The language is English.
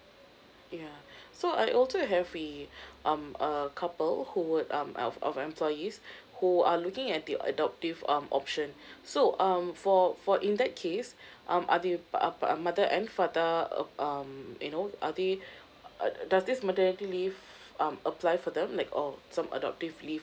yeah so I also have a um uh couple who would um of of employees who are looking at the adoptive um option so um for for in that case um are they um um mother and father uh um you know are they uh does this maternity leave um apply for them like oh some adoptive leave